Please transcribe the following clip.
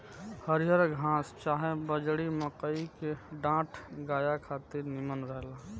हरिहर घास चाहे बजड़ी, मकई के डांठ गाया खातिर निमन रहेला